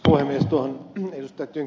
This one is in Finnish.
arvoisa puhemies